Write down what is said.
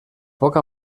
poc